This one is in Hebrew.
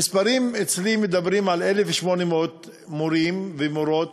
המספרים שאצלי מדברים על 1,800 מורים ומורות